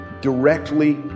directly